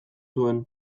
zuen